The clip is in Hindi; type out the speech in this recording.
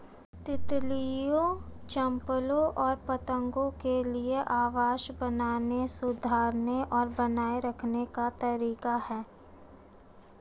तितलियों, चप्पलों और पतंगों के लिए आवास बनाने, सुधारने और बनाए रखने का तरीका है